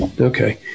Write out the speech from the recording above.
okay